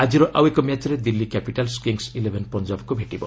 ଆକ୍ରି ଆଉ ଏକ ମ୍ୟାଚ୍ରେ ଦିଲ୍ଲୀ କ୍ୟାପିଟାଲ୍ସ କିଙ୍ଗସ୍ ଇଲେଭେନ୍ ପଞ୍ଜାବକୁ ଭେଟିବ